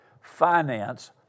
finance